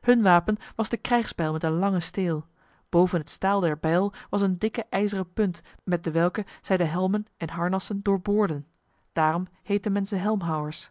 hun wapen was de krijgsbijl met een lange steel boven het staal der bijl was een dikke ijzeren punt met dewelke zij de helmen en harnassen doorboorden daarom heette men ze helmhouwers